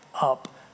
up